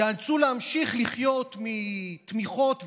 ייאלצו להמשיך לחיות מתמיכות וסיוע,